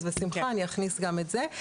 אז בשמחה אני אכניס גם את זה.